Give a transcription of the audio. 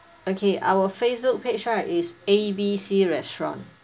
okay our Facebook page right is A B C restaurant